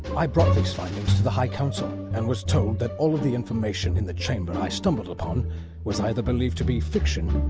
i brought these findings to the high council and was told that all of the information in the chamber i had stumbled upon was either believed to be fiction,